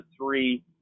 three